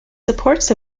supports